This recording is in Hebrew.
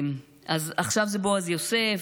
אז עכשיו זה בועז יוסף,